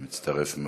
אני מצטרף מאוד.